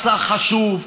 מסע חשוב.